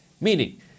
Meaning